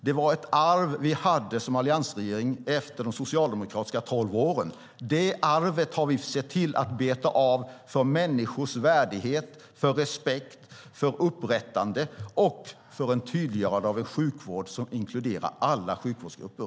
Det var ett arv som alliansregeringen hade efter de socialdemokratiska tolv åren. Det arvet har vi sett till att beta av för människors värdighet, för respekt, för upprättande och för tydliggörande av en sjukvård som inkluderar alla sjukvårdsgrupper.